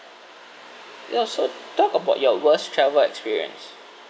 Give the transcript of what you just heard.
ya so talk about your worst travel experience